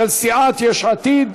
של סיעת יש עתיד.